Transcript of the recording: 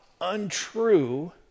untrue